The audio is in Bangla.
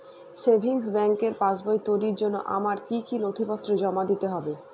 সেভিংস ব্যাংকের পাসবই তৈরির জন্য আমার কি কি নথিপত্র জমা দিতে হবে?